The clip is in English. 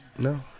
no